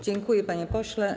Dziękuję, panie pośle.